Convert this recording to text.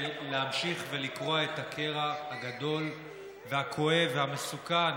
להמשיך ולקרוע את הקרע הגדול והכואב והמסוכן